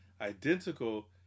identical